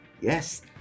Yes